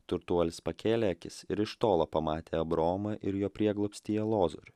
turtuolis pakėlė akis ir iš tolo pamatė abraomą ir jo prieglobstyje lozorių